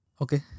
Okay